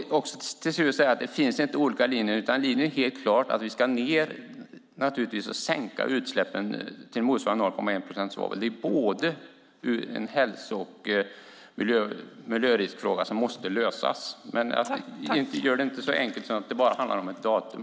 Det finns inte olika linjer. Linjen är helt klar. Vi ska naturligtvis sänka utsläppen till motsvarande 0,1 procent svavel. Det är en hälso och miljöriskfråga som måste lösas. Men gör det inte så enkelt som att det bara handlar om ett datum.